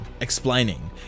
explaining